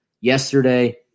yesterday